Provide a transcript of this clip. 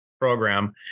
program